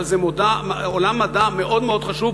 אבל זה עולם מדע מאוד מאוד חשוב,